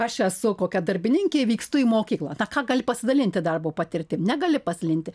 aš esu kokia darbininkė vykstu į mokyklą tą ką gali pasidalinti darbo patirtim negali pasidalint